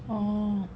oh